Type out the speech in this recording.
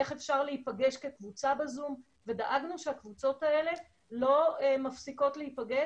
איך אפשר להיפגש כקבוצה בזום ודאגנו שהקבוצות האלה לא מפסיקות להיפגש,